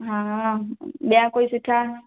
हा ॿिया कोई सुठा